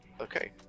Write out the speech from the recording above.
Okay